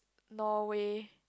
Norway